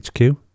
hq